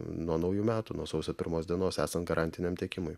nuo naujų metų nuo sausio pirmos dienos esant garantiniam tiekimui